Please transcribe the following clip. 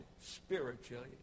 spiritually